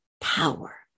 power